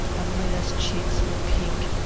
evelina's cheeks were pink,